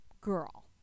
girl